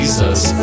Jesus